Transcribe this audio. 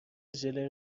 ژله